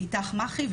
זה אית"ך מעכ"י,